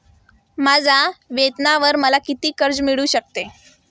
माझ्या वेतनावर मला किती कर्ज मिळू शकते?